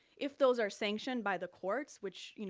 if those are sanctioned by the courts, which you